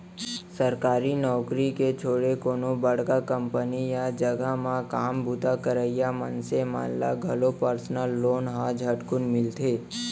सरकारी नउकरी के छोरे कोनो बड़का कंपनी या जघा म काम बूता करइया मनसे मन ल घलौ परसनल लोन ह झटकुन मिलथे